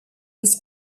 was